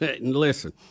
Listen